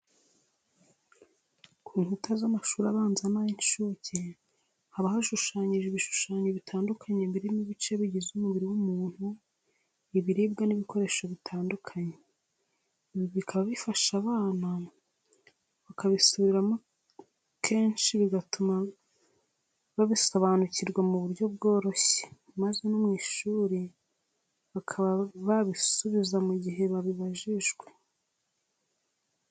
Ku nkuta z'amashuri abanza n'ay'incuke haba hashushanyijeho ibishushanyo bitandukanye birimo ibice bigize umubiri w'umuntu, ibiribwa n'ibikoresho bitandukanye. Ibi bikaba bifasha abana, bakabisubiramo kenshi bigatuma babisobanukirwa mu buryo bworoshye maze no mu ishuri bakaba babisubiza mu gihe babibajijwe.